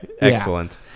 Excellent